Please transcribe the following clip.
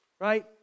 Right